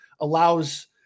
allows